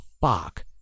fuck